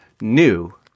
new